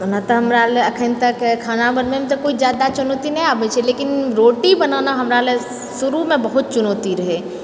ओना तऽ हमरा लए एखनि तक खाना बनबैमे तऽ कोइ जादा चुनौती नहि आबैत छै लेकिन रोटी बनाना हमरा लेल शुरूमे बहुत चुनौती रहै